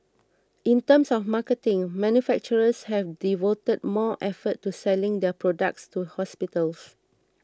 in terms of marketing manufacturers have devoted more effort to selling their products to hospitals